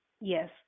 yes